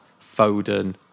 Foden